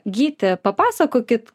gyti papasakokit